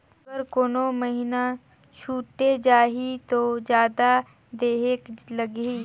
अगर कोनो महीना छुटे जाही तो जादा देहेक लगही?